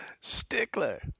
Stickler